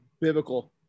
biblical